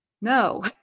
no